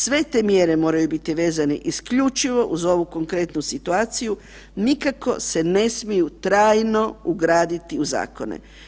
Sve te mjere moraju biti vezane isključivo uz ovu konkretnu situaciju, nikako se ne smiju trajno ugraditi u zakone.